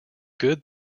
good